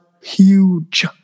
huge